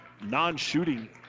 non-shooting